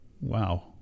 Wow